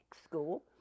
school